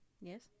Yes